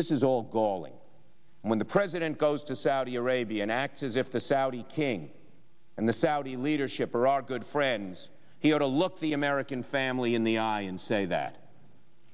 this is all galling when the president goes to saudi arabia and acts as if the saudi king and the saudi leadership are our good friends here to look the american family in the eye and say that